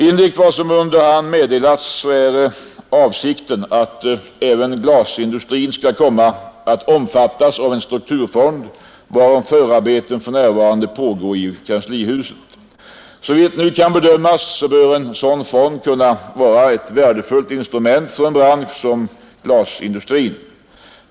Enligt vad som under hand meddelats är avsikten att även glasindustrin skall komma att omfattas av en strukturfond, varom förarbeten för närvarande pågår i kanslihuset. Såvitt nu kan bedömas bör en sådan fond kunna vara ett värdefullt instrument för en bransch som glasindustrin.